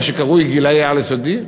מה שקרוי גילאי על-יסודי,